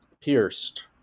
pierced